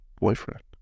boyfriend